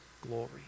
glory